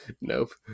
Nope